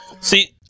See